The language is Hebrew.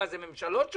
מה, זה ממשלות שונות?